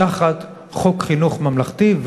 תחת חוק חינוך ממלכתי,